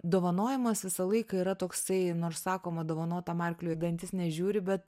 dovanojimas visą laiką yra toksai nors sakoma dovanotam arkliui į dantis nežiūri bet